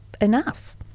enough